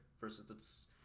versus